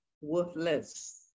worthless